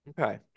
Okay